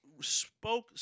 spoke